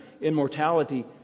immortality